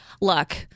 look